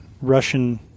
Russian